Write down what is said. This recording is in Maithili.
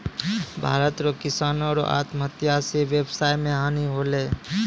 भारत रो किसानो रो आत्महत्या से वेवसाय मे हानी होलै